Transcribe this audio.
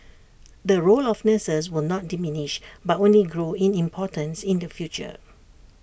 the role of nurses will not diminish but only grow in importance in the future